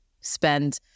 spend